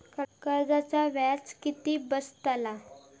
कर्जाचा व्याज किती बसतला?